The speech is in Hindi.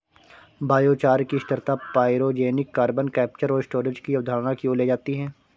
बायोचार की स्थिरता पाइरोजेनिक कार्बन कैप्चर और स्टोरेज की अवधारणा की ओर ले जाती है